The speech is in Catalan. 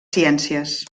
ciències